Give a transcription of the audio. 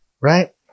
right